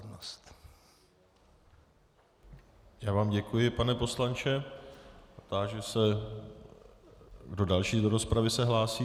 Já vám děkuji, pane poslanče, a táži se, kdo další do rozpravy se hlásí.